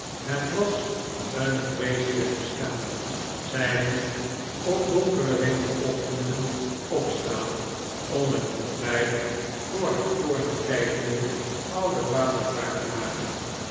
het was een vreeselijk bestaan zij moest op donkere winterochtenden opstaan om het ontbijt voor haar toornig kijkenden ouden vader klaar te maken